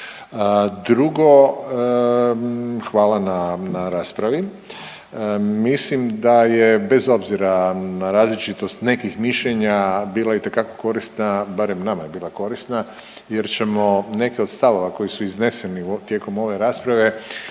Drugo, hvala na, na raspravi, mislim da je bez obzira na različitost nekih mišljenja bila itekako korisna barem nama je bila korisna jer ćemo neke od stavova koji su izneseni tijekom ove rasprave